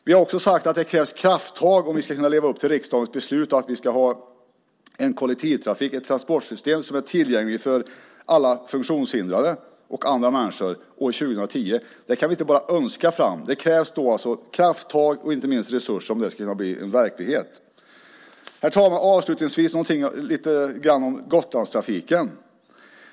Vi har också sagt att det krävs krafttag om vi ska kunna leva upp till riksdagens beslut att vi ska ha ett transportsystem som är tillgängligt för alla funktionshindrade och andra människor år 2010. Det kan vi inte bara önska fram. Det krävs krafttag och inte minst resurser om det ska kunna bli verklighet. Herr talman! Jag vill säga lite grann om Gotlandstrafiken.